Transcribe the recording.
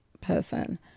person